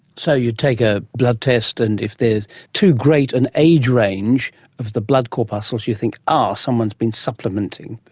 so you take a blood test and if there is too great an age range of the blood corpuscles you think, ah, someone has been supplementing.